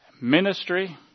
ministry